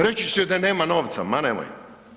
Reći će da nema novca, ma nemoj.